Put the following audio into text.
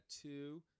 two